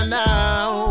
now